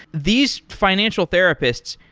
these financial therapists,